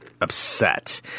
upset